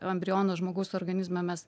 embriono žmogaus organizme mes